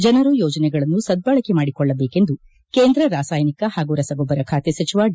ಜನರು ಯೋಜನೆಗಳನ್ನು ಸದ್ದಳಕೆ ಮಾಡಿಕೊಳ್ಳಬೇಕೆಂದು ಕೇಂದ್ರ ರಾಸಾಯನಿಕ ಹಾಗೂ ರಸಗೊಬ್ಬರ ಖಾತೆ ಸಚಿವ ಡಿ